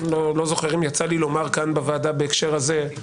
ואני לא זוכר אם יצא לי לומר כאן בוועדה בהקשר הזה,